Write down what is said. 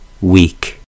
weak